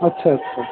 আচ্ছা আচ্ছা